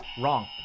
Wrong